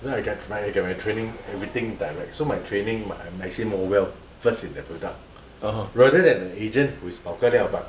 then I get when I get my training everything direct so my training I'm actually overall first in the product rather than a agent who is bao ga liao but